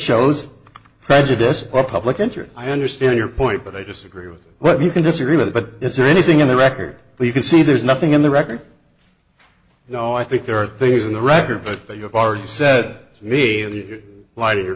shows prejudice or public interest i understand your point but i disagree with what you can disagree with but is there anything in the record you can see there's nothing in the record you know i think there are things in the record that your party said the light of your